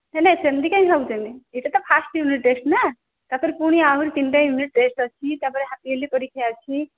ହେଲେ ସେମିତି କାଇଁ ଭାବୁଛନ୍ତି ଏଇଟା ତ ଫାଷ୍ଟ୍ ୟୁନିଟ୍ ଟେଷ୍ଟ୍ ନା ତା'ପରେ ପୁଣି ଆହୁରି ତିନିଟା ୟୁନିଟ୍ ଟେଷ୍ଟ୍ ଅଛି ତା'ପରେ ହାପ୍ ୟର୍ଲି ପରୀକ୍ଷା ଅଛି